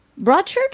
Broadchurch